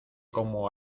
como